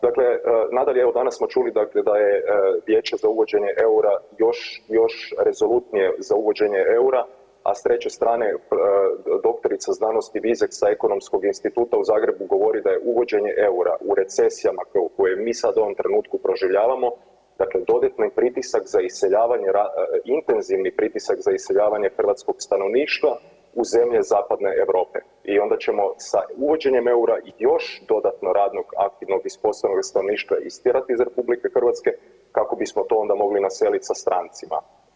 Dakle, nadalje evo danas smo čuli dakle da je vijeće za uvođenje EUR-a još, još rezolutnije za uvođenje EUR-a, a s treće strane dr.sc. Vizek sa Ekonomskog instituta u Zagrebu govori da je uvođenje EUR-a u recesijama koje mi sad u ovom trenutku proživljavamo dakle dodatno je pritisak za iseljavanje, intenzivni pritisak za iseljavanje hrvatskog stanovništva u zemlje zapadne Europe i onda ćemo sa uvođenjem EUR-a još dodatno radnog aktivnog i sposobnog stanovništva istjerati iz RH kako bismo to onda mogli naselit sa strancima.